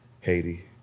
Haiti